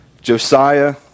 Josiah